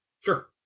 sure